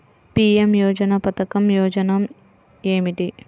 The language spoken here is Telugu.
పీ.ఎం యోజన పధకం ప్రయోజనం ఏమితి?